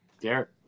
Derek